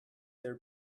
there